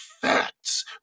facts